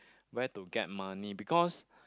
where to get money because